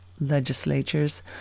legislatures